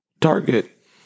target